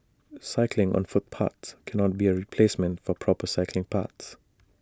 cycling on footpaths cannot be A replacement for proper cycling paths